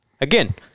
again